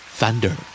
Thunder